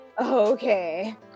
Okay